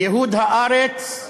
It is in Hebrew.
ייהוד הארץ,